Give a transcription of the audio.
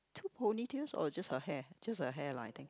two ponytails or just her hair just her hair lah I think